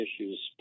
issues